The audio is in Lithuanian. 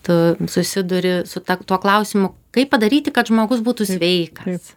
tu susiduri su ta tuo klausimu kaip padaryti kad žmogus būtų sveikas